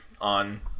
on